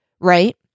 right